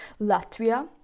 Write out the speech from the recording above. Latvia